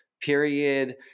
period